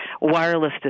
Wireless